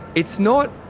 it's not,